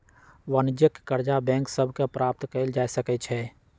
वाणिज्यिक करजा बैंक सभ से प्राप्त कएल जा सकै छइ